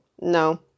No